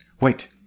Wait